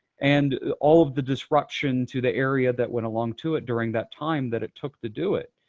and all of the disruption to the area that went along to it during that time that it took to do it.